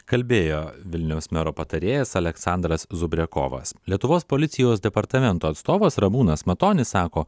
kalbėjo vilniaus mero patarėjas aleksandras zubriokovas lietuvos policijos departamento atstovas ramūnas matonis sako